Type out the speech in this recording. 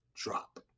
drop